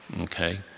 okay